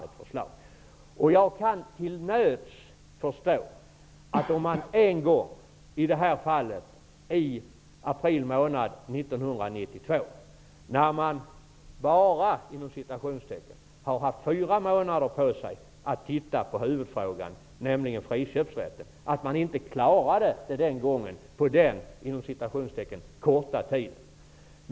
Till nöds kan jag förstå att man, när man i april månad 1992 ''bara'' haft 4 månader på sig att ta itu med huvudfrågan, nämligen friköpsrätten, inte klarade det på den ''korta'' tiden.